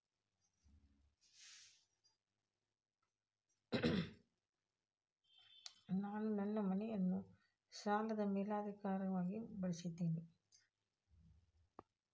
ನಾನು ನನ್ನ ಮನೆಯನ್ನು ಸಾಲದ ಮೇಲಾಧಾರವಾಗಿ ಬಳಸಿದ್ದೇನೆ